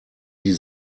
die